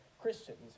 Christians